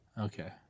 Okay